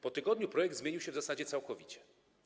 Po tygodniu projekt zmienił się w zasadzie całkowicie.